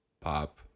pop